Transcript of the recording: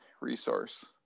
resource